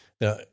Now